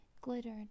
glittered